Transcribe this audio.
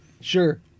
Sure